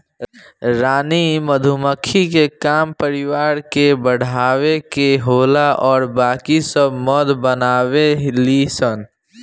रानी मधुमक्खी के काम परिवार के बढ़ावे के होला आ बाकी सब मध बनावे ली सन